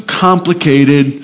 complicated